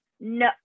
No